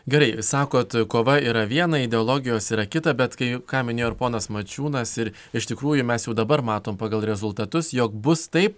gerai sakot kova yra viena ideologijos yra kita bet kai ką minėjo ir ponas mačiūnas ir iš tikrųjų mes jau dabar matom pagal rezultatus jog bus taip